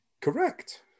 Correct